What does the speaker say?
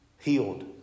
healed